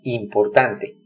importante。